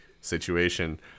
situation